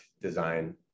design